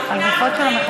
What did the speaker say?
שלא תהיה